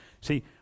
See